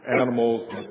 animals